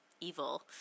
evil